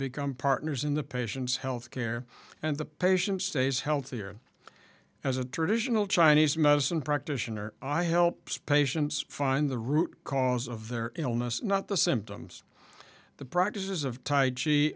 become partners in the patient's health care and the patient stays healthier as a traditional chinese medicine practitioner i helps patients find the root cause of their illness not the symptoms the practices of ti